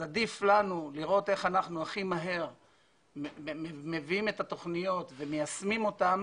עדיף לנו לראות איך אנחנו הכי מהר מביאים את התכניות ומיישמים אותן